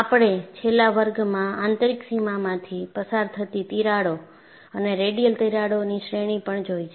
આપણે છેલ્લા વર્ગમાં આંતરિક સીમામાંથી પસાર થતી તિરાડો અને રેડિયલ તિરાડોની શ્રેણી પણ જોઈ છે